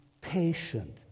patient